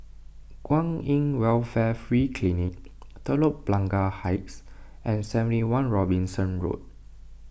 Kwan in Welfare Free Clinic Telok Blangah Heights and seventy one Robinson Road